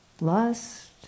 Lust